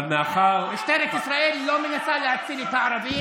משטרת ישראל לא מנסה להציל את הערבים.